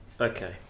Okay